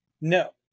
No